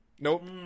Nope